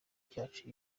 cyacu